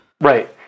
Right